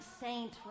saint